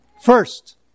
First